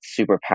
superpower